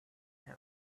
him